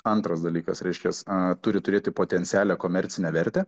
antras dalykas reiškias a turi turėti potencialią komercinę vertę